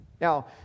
Now